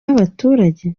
y’abaturage